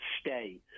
stay